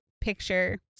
picture